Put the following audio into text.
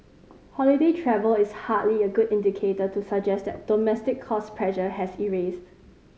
holiday travel is hardly a good indicator to suggest that domestic cost pressure has eased